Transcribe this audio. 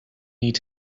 need